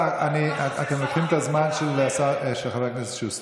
כבוד השר, אתם לוקחים את הזמן של חבר הכנסת שוסטר.